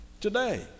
today